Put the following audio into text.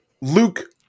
Luke